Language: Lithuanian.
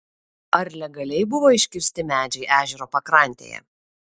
ar legaliai buvo iškirsti medžiai ežero pakrantėje